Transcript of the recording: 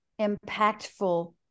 impactful